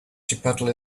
chipotle